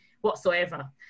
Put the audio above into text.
whatsoever